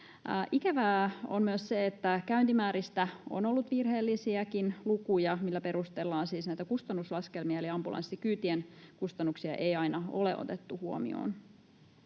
Ikävää on myös se, että käyntimääristä on ollut virheellisiäkin lukuja, millä perustellaan siis näitä kustannuslaskelmia, eli ambulanssikyytien kustannuksia ei aina ole otettu huomioon.